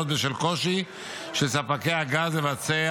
בשל קושי של ספקי הגז לבצע